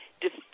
defy